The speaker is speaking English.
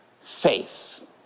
faith